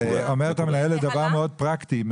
אומרת המנהלת דבר מאוד פרקטי,